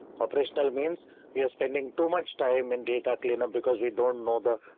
operational means we're spending too much time in data cleanup because we don't know the.